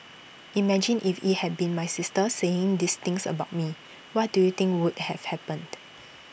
imagine if IT had been my sister saying these things about me what do you think would have happened